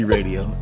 Radio